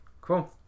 Cool